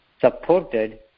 supported